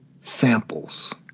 samples